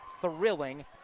thrilling